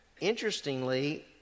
Interestingly